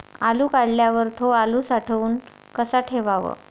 आलू काढल्यावर थो आलू साठवून कसा ठेवाव?